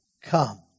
Come